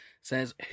says